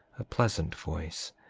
a pleasant voice,